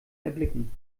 erblicken